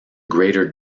greater